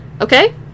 Okay